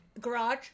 garage